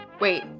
Wait